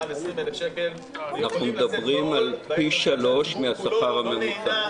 מעל 20,000 -- אנחנו מדברים רק על פי שלושה מהשכר הממוצע.